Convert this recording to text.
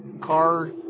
car